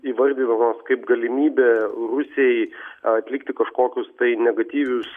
įvardinamos kaip galimybė rusijai atlikti kažkokius tai negatyvius